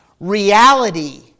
Reality